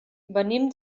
venim